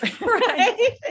Right